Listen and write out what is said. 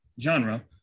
genre